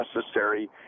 necessary